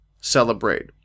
celebrate